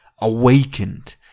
awakened